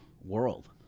world